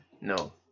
No